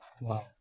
Wow